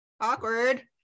awkward